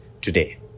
today